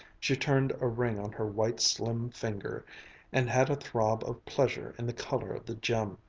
she turned a ring on her white slim finger and had a throb of pleasure in the color of the gem.